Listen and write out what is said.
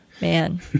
Man